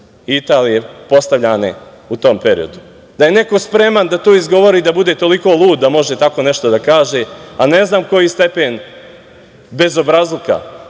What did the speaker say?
Italije, postavljane u tom periodu, da je neko spreman da to izgovori i da bude toliko lud da može tako nešto da kaže, a ne znam koji stepen bezobrazluka,